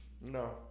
No